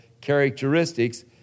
characteristics